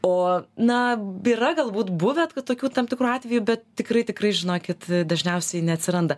o na b yra galbūt buvę kad tokių tam tikrų atvejų bet tikrai tikrai žinokit dažniausiai neatsiranda